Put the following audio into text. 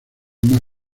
más